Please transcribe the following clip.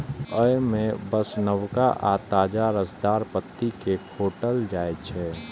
अय मे बस नवका आ ताजा रसदार पत्ती कें खोंटल जाइ छै